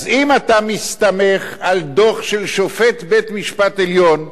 אז שב בבקשה,